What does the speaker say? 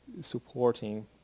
supporting